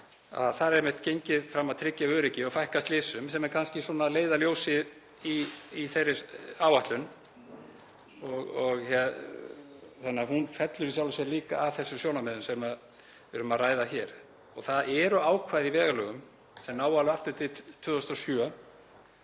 er einmitt gengið fram í því að tryggja öryggi og fækka slysum sem er kannski svona leiðarljósið í þeirri áætlun. Hún fellur þannig í sjálfu sér líka að þessum sjónarmiðum sem við erum að ræða hér. Það eru ákvæði í vegalögum sem ná alveg aftur til 2007,